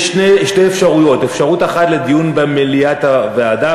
יש שתי אפשרויות: אפשרות אחת לדיון במליאת הוועדה,